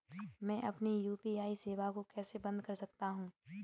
मैं अपनी यू.पी.आई सेवा को कैसे बंद कर सकता हूँ?